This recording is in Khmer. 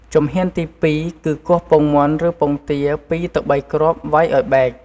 ជំហានទីពីរគឺ គោះពងមាន់ឬពងទា ២ ទៅ ៣ គ្រាប់ វ៉ៃឱ្យបែក។